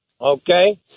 okay